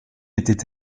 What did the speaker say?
était